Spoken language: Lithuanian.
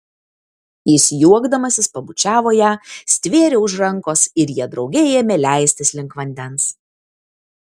jis juokdamasis pabučiavo ją stvėrė už rankos ir jie drauge ėmė leistis link vandens